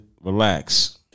Relax